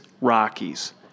Rockies